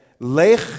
Lech